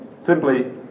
simply